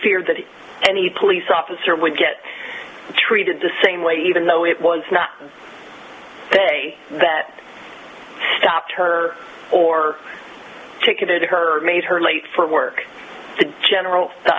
fear that any police officer would get treated the same way even though it was not say that stopped her or ticketed her and made her late for work the general